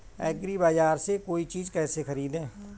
एग्रीबाजार से कोई चीज केसे खरीदें?